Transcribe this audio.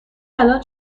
الان